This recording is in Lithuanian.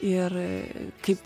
ir kaip